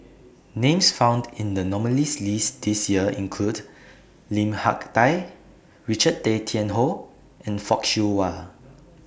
Names found in The nominees' list This Year include Lim Hak Tai Richard Tay Tian Hoe and Fock Siew Wah